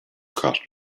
across